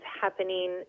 happening